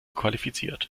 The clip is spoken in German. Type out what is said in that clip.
qualifiziert